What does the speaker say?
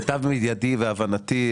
למיטב ידיעתי והבנתי,